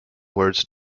words